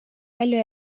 palju